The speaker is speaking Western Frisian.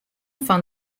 fan